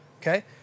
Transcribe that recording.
okay